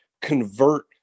convert